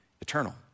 eternal